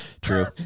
True